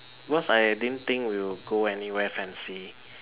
because I didn't think we will go anywhere fancy